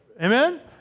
Amen